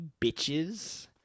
bitches